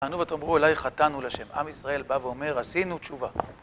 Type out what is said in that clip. תענו ותאמרו אלי, חטאנו לשם. עם ישראל בא ואומר, עשינו תשובה.